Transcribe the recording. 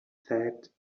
said